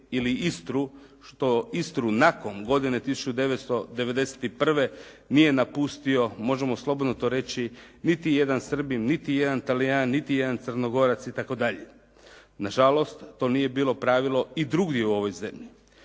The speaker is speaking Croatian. ili Istru, što Istru nakon godine 1991. nije napustio možemo to slobodno reći niti jedan Srbin, niti jedan Talijan, niti jedan Crnogorac itd. Na žalost, to nije bilo pravilo i drugdje u ovoj zemlji.